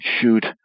shoot